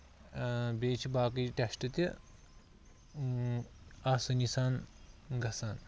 بیٚیہِ چھِ باقٕے ٹیسٹ تہِ آسٲنی سان گژھان